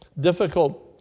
difficult